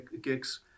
gigs